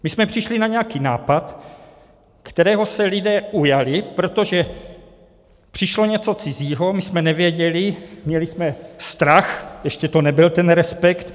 My jsme přišli na nějaký nápad, kterého se lidé ujali, protože přišlo něco cizího, my jsme nevěděli, měli jsme strach, ještě to nebyl ten respekt.